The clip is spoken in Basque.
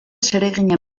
zereginen